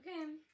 Okay